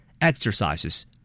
Exercises